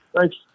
Thanks